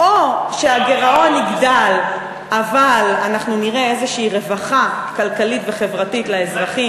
או שהגירעון יגדל אבל אנחנו נראה איזושהי רווחה כלכלית וחברתית לאזרחים,